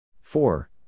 four